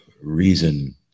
reason